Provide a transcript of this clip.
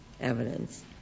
evidence